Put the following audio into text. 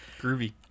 Groovy